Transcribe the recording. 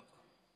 לא.